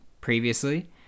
previously